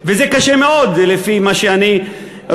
וזה קשה מאוד, לפי מה שאני רואה.